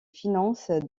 finances